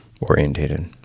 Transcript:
orientated